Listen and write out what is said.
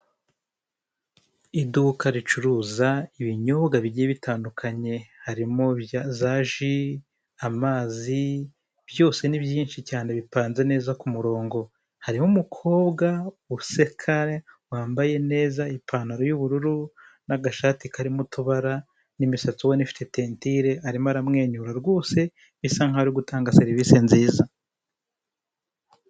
Iyi foto iragaragaza ahantu bacuruzwa hari abantu bari guhaha hari aho ubu abantu bishimye aho umuntu afite ibyagiye kwa mu ntoki hari naho umuntu atishimye.